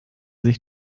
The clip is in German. sich